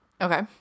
Okay